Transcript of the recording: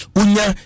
unya